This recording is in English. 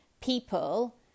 People